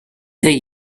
they